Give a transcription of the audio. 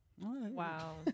Wow